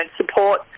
support